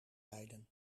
leiden